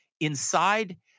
inside